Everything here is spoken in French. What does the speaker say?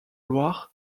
loire